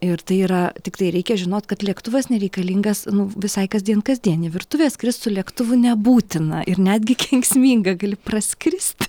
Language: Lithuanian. ir tai yra tiktai reikia žinot kad lėktuvas nereikalingas nu visai kasdien kasdien į virtuvę skrist su lėktuvu nebūtina ir netgi kenksminga gali praskrist